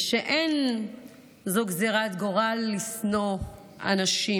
ושאין זו גזרת גורל לשנוא אנשים.